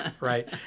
right